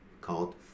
called